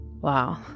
Wow